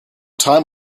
time